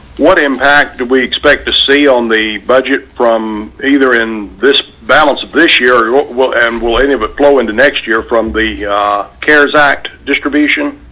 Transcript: what impact we expect to see on the budget from either in this balance of this year will and will but flow into next year from the cares act distribution?